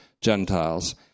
Gentiles